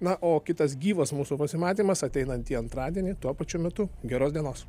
na o kitas gyvas mūsų pasimatymas ateinantį antradienį tuo pačiu metu geros dienos